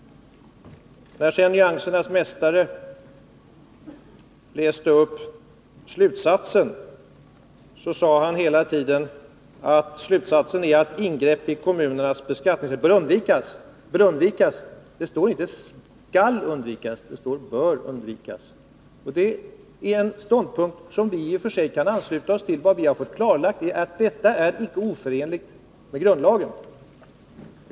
När sedan nyansernas mästare läste ur betänkandet sade han att utskottets slutsats var att ”ingrepp i kommunernas beskattningsrätt bör undvikas”. Och det står inte ”skall undvikas” utan just ”bör undvikas”. Det är en ståndpunkt som vi i och för sig kan ansluta oss till. Vad vi har fått klarlagt är att ett sådant ingrepp inte är oförenligt med grundlagen.